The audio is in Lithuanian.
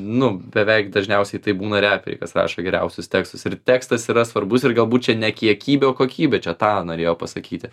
nu beveik dažniausiai tai būna reperiai kas rašo geriausius tekstus ir tekstas yra svarbus ir galbūt čia ne kiekybė o kokybė čia tą norėjo pasakyti